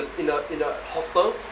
in a in a hostel